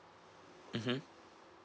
mmhmm